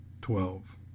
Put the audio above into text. Twelve